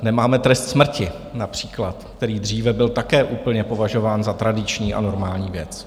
Nemáme trest smrti například, který dříve byl také považován za tradiční a normální věc.